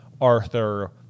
Arthur